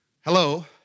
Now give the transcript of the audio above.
Hello